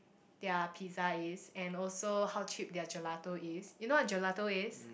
their pizza is and also how cheap their Gelato is you know what Gelato is